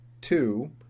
Two